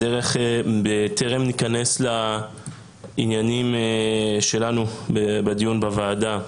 בטרם ניכנס לעניינים שלנו בדיון בוועדה,